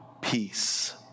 peace